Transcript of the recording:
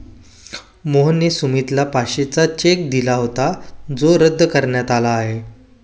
मोहनने सुमितला पाचशेचा चेक दिला होता जो रद्द करण्यात आला आहे